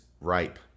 ripe